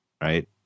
Right